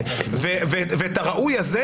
רואים,